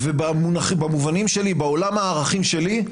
ובמובנים שלי, בעולם הערכים שלי,